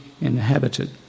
inhabited